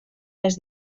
les